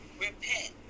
Repent